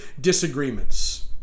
disagreements